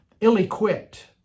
ill-equipped